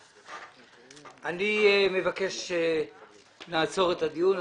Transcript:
אני מבקש לעצור את הדיון.